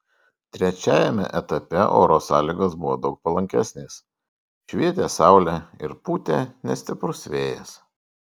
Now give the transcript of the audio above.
trečiajame etape oro sąlygos buvo daug palankesnės švietė saulė ir pūtė nestiprus vėjas